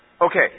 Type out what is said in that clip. Okay